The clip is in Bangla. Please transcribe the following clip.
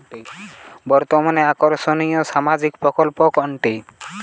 বর্তমানে আকর্ষনিয় সামাজিক প্রকল্প কোনটি?